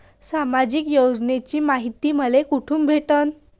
सामाजिक योजनेची मायती मले कोठून भेटनं?